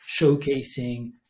showcasing